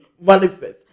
manifest